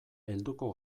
helduko